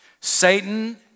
Satan